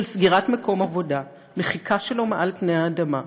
של סגירת מקום עבודה, מחיקה שלו מעל פני האדמה,